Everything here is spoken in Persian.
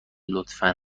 لطفا